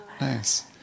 Nice